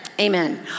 Amen